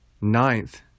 ninth